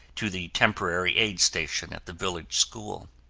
to the temporary aid station at the village school.